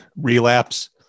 Relapse